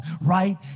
right